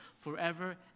forever